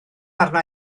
arna